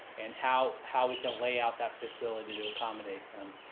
and how how we can lay out that facility to accommodate them.